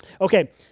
Okay